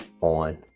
on